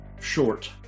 short